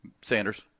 Sanders